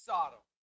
Sodom